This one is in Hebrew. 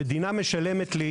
המדינה משלמת לי,